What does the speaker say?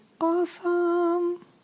awesome